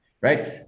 Right